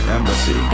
Embassy